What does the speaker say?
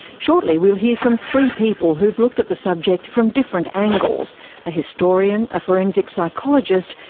shortly, we'll hear from three people who've looked at the subject from different angles a historian, a forensic psychologist,